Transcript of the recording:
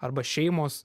arba šeimos